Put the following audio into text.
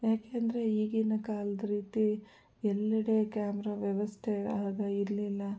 ಏಕೆಂದ್ರೆ ಈಗಿನ ಕಾಲದ ರೀತಿ ಎಲ್ಲೆಡೆ ಕ್ಯಾಮ್ರಾ ವ್ಯವಸ್ಥೆ ಆಗ ಇರಲಿಲ್ಲ